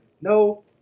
No